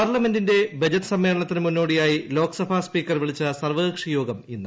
പാർലമെന്റിന്റെ ബജറ്റ് സ്മ്മേളനത്തിന് മുന്നോടിയായി ന് ലോകസഭാ സ്പ്രീക്കർ വിളിച്ച സർവ്വകക്ഷിയോഗം ഇന്ന്